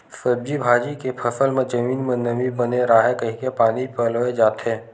सब्जी भाजी के फसल म जमीन म नमी बने राहय कहिके पानी पलोए जाथे